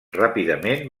ràpidament